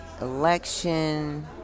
election